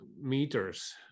meters